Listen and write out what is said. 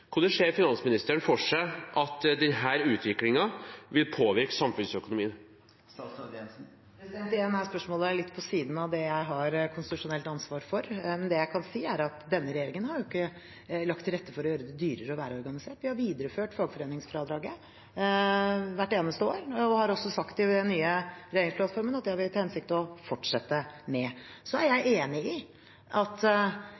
Hvordan ser finansministeren for seg at denne utviklingen vil påvirke samfunnsøkonomien? Igjen er spørsmålet litt på siden av det jeg har konstitusjonelt ansvar for, men det jeg kan si, er at denne regjeringen har jo ikke lagt til rette for å gjøre det dyrere å være organisert. Vi har videreført fagforeningsfradraget hvert eneste år og har også sagt i den nye regjeringsplattformen at det har vi til hensikt å fortsette med. Så er jeg